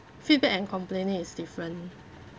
feedback and complaining is different